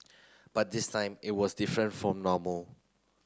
but this time it was different from normal